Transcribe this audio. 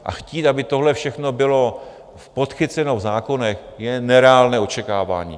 A chtít, aby tohle všechno bylo podchyceno v zákonech, je nereálné očekávání.